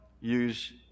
use